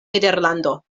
nederlando